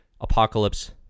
Apocalypse